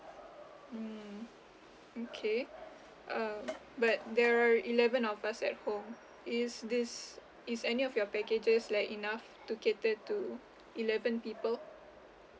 mm okay uh but there are eleven of us at home is this is any of your packages like enough to cater to eleven people